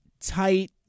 tight